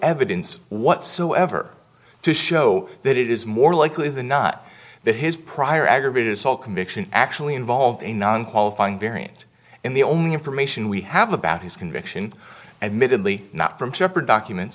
evidence whatsoever to show that it is more likely than not that his prior aggravated assault conviction actually involved in non qualifying variant and the only information we have about his conviction and mitten lee not from separate documents